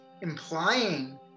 implying